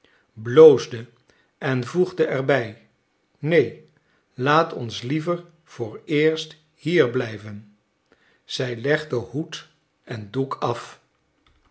bloosde en voegde er bij neen laat ons liever vooreerst hier blijven zij legde hoed en doek af